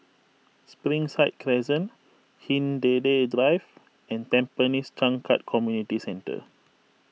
Springside Crescent Hindhede Drive and Tampines Changkat Community Centre